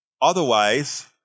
Otherwise